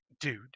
dude